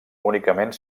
únicament